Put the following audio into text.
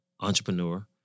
entrepreneur